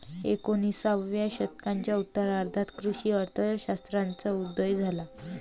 एकोणिसाव्या शतकाच्या उत्तरार्धात कृषी अर्थ शास्त्राचा उदय झाला